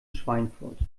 schweinfurt